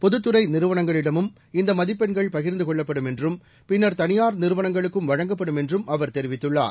பொதுத்துறை நிறுவனங்களிடமும் இந்த மதிப்பெண்கள் பகிர்ந்து கொள்ளப்படும் என்றும் பின்னர் தனியார் நிறுவனங்களுக்கும் வழங்கப்படும் என்றும் அவர் தெரிவித்துள்ளார்